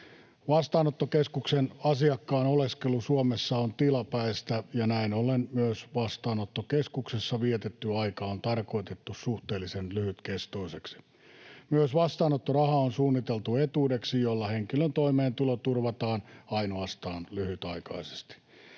Vastaanottokeskuksen asiakkaan oleskelu Suomessa on tilapäistä, ja näin ollen myös vastaanottokeskuksessa vietetty aika on tarkoitettu suhteellisen lyhytkestoiseksi. Myös vastaanottoraha on suunniteltu etuudeksi, jolla henkilön toimeentulo turvataan ainoastaan lyhytaikaisesti.